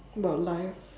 about life